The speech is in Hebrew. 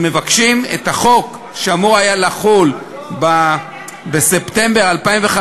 לכן מבקשים לדחות את החלת החוק מספטמבר 2015